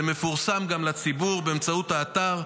זה גם מפורסם לציבור באמצעות האתר,